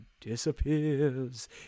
disappears